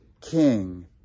king